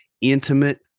intimate